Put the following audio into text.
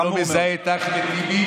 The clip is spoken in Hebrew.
שלא מזהה את אחמד טיבי,